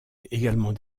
également